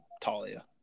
Talia